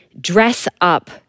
dress-up